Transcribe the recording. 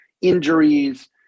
injuries